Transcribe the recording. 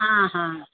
आ हा